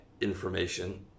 Information